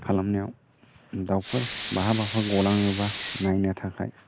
खालामनायाव दावफोर बाहाबाफोर गलाङोबा नायनो थाखाय